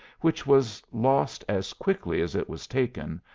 which was lost as quickly as it was taken,